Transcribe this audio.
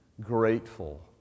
grateful